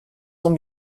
sont